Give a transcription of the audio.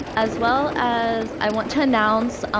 as well as i want to announce,